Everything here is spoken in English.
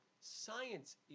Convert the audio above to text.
science